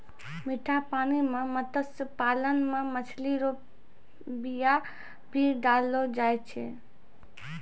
मीठा पानी मे मत्स्य पालन मे मछली रो बीया भी डाललो जाय छै